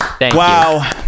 wow